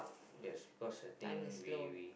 yes because I think we we